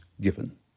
given